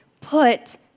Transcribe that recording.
put